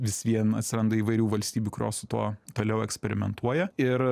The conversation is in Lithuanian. vis vien atsiranda įvairių valstybių kurios su tuo toliau eksperimentuoja ir